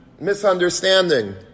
misunderstanding